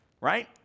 right